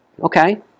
Okay